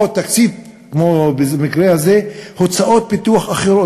או, כמו במקרה הזה, "הוצאות פיתוח אחרות".